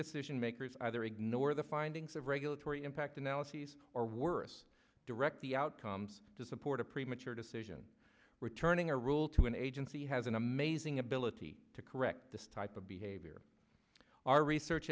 decision makers either ignore the findings of regulatory impact analyses or worse direct the outcomes to support a premature decision returning a rule to an agency has an amazing ability to correct this type of behavior our research